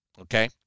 Okay